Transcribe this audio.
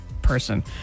person